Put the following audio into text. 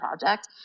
project